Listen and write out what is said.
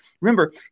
Remember